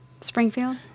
Springfield